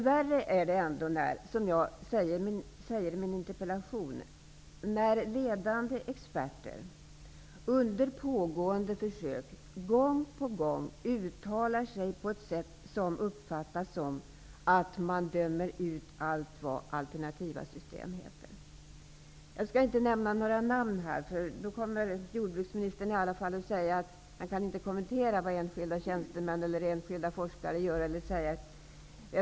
Värre är det ändå när ledande experter under pågående försök gång på gång uttalar sig på ett sätt som uppfattas som att de dömer ut allt vad alternativa system heter. Jag skall inte nämna några namn, därför att då kommer jordbruksministern att säga att han inte kan kommentera vad enskilda tjänstemän och forskare säger och gör.